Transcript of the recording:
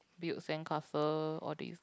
build sandcastle all this